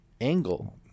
angle